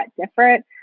different